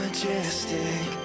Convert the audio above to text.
Majestic